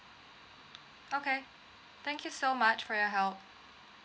okay thank you so much for your help